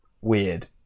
weird